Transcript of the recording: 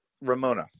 Ramona